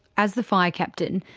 as the fire captain,